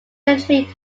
entry